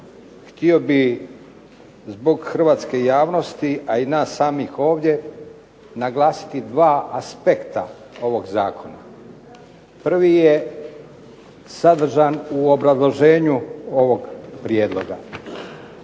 htio bih zbog hrvatske javnosti, a i nas samih ovdje, naglasiti dva aspekta ovog zakona. Prvi je sadržan u obrazloženju ovog prijedloga.